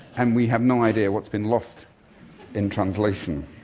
and we have no idea what's been lost in translation.